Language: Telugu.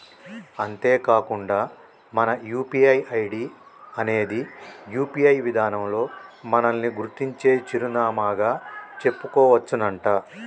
అంతేకాకుండా మన యూ.పీ.ఐ ఐడి అనేది యూ.పీ.ఐ విధానంలో మనల్ని గుర్తించే చిరునామాగా చెప్పుకోవచ్చునంట